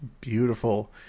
Beautiful